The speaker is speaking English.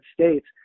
states